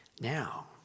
Now